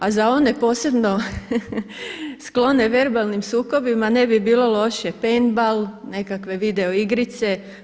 A za one posebno sklone verbalnim sukobima ne bi bilo loše paintball, nekakve videoigrice.